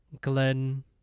Glenn